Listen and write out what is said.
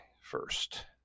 first